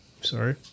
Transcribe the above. Sorry